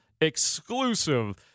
exclusive